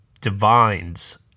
Divines